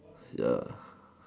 ya